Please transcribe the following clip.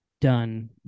done